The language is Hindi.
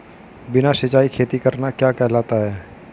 बिना सिंचाई खेती करना क्या कहलाता है?